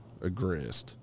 aggressed